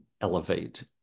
elevate